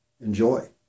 enjoy